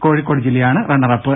കോഴിക്കോട് ജില്ലയാണ് റണ്ണറപ്പ്